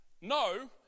No